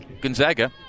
Gonzaga